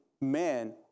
man